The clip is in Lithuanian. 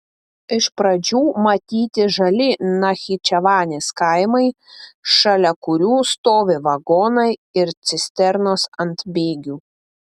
iš pradžių matyti žali nachičevanės kaimai šalia kurių stovi vagonai ir cisternos ant bėgių